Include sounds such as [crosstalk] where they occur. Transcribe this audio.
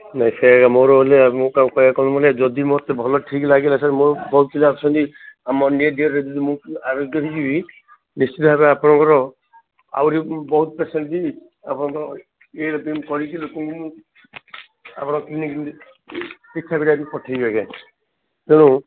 ନାଇଁ ସେଇ ମୋର ହେଲେ ମୁଁ କ'ଣ [unintelligible] ଯଦି ମୋତେ ଭଲ ଠିକ ଲାଗିଲା ସାର୍ ମୋର ବହୁତ ପିଲା ଅଛନ୍ତି ଆମର [unintelligible] ମୁଁ ଯଦି ଆରୋଗ୍ୟ ହେଇଯିବି ନିଶ୍ଚିନ୍ତ ଭାବରେ ଆପଣଙ୍କର ଆହୁରି ବହୁତ ପେସେଣ୍ଟ୍ ବି ଆପଣଙ୍କର ଇଏରେ କରିକି ଲୋକଙ୍କୁ ମୁଁ ଆପଣଙ୍କ କ୍ଲିନିକକୁ ଚିକିତ୍ସା କରିବାକୁ ପଠାଇବି ଆଜ୍ଞା ତେଣୁ